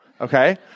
Okay